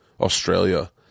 Australia